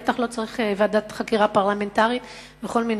בטח לא צריך ועדת חקירה פרלמנטרית וכל מיני